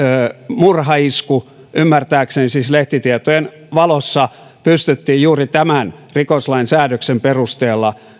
murhaisku ymmärtääkseni lehtitietojen valossa pystyttiin juuri tämän rikoslain säännöksen perusteella